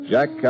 Jack